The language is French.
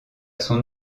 son